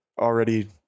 already